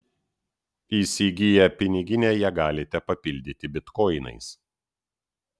įsigiję piniginę ją galite papildyti bitkoinais